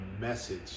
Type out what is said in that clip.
message